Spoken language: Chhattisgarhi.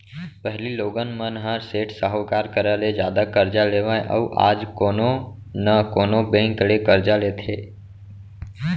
पहिली लोगन मन ह सेठ साहूकार करा ले जादा करजा लेवय अउ आज कोनो न कोनो बेंक ले करजा लेथे